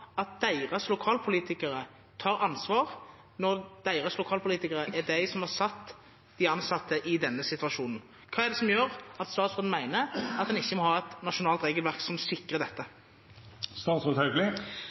at deres lokalpolitikere tar ansvar – når deres lokalpolitikere er dem som har satt de ansatte i denne situasjonen? Hva er det som gjør at statsråden mener at vi ikke må ha et nasjonalt regelverk som sikrer